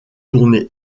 tourné